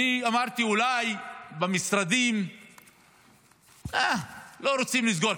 אני אמרתי: אולי משרדים לא רוצים לסגור,